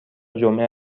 جمعه